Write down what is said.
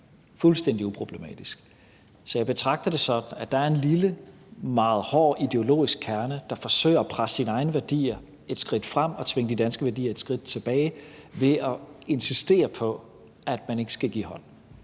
fuldstændig uproblematisk. Så jeg betragter det sådan, at der er en lille, meget hård ideologisk kerne, der forsøger at presse sine egne værdier et skridt frem og tvinge de danske værdier et skridt tilbage ved at insistere på, at man ikke skal give hånd.